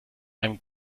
einem